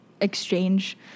exchange